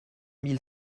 mille